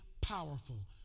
powerful